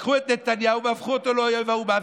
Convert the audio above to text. לקחו את נתניהו והפכו אותו לאויב האומה,